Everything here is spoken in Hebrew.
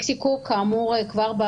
מקסיקו, כאמור,